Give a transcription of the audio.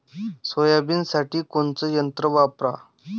सोयाबीनसाठी कोनचं यंत्र वापरा?